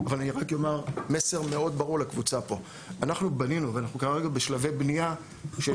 אבל אני רק אומר מסר מאוד ברור לקבוצה פה: אנחנו כרגע בשלבי בנייה של